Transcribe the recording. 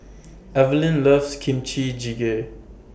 Evelyne loves Kimchi Jjigae